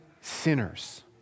sinners